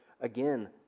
again